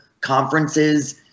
conferences